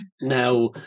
Now